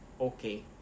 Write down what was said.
okay